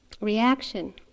reaction